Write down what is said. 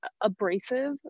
abrasive